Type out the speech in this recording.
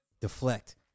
deflect